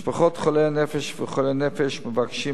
משפחות חולי הנפש וחולי הנפש מבקשים